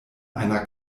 einer